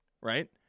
Right